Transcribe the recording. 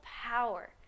power